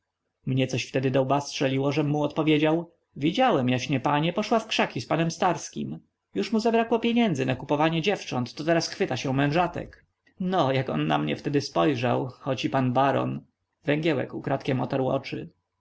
mnie coś wtedy do łba strzeliło żem mu odpowiedział widziałem jaśnie panie poszła w krzaki z panem starskim już mu zabrakło pieniędzy na kupowanie dziewcząt to teraz chwyta się mężatek no jak on na mnie wtedy spojrzał choć i pan baron węgiełek ukradkiem otarł oczy